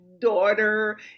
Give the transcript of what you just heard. daughter